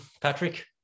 Patrick